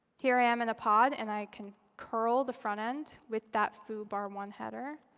here i am in a pod. and i can curl the front end. with that foo b a r one header,